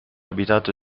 abitato